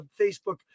Facebook